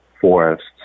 forests